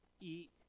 eat